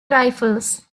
rifles